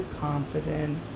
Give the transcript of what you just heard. confidence